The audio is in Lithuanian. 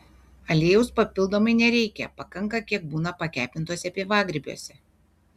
aliejaus papildomai nereikia pakanka kiek būna pakepintuose pievagrybiuose